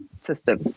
system